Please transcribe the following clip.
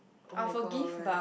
oh-my-god